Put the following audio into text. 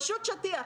פשוט שטיח.